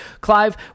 Clive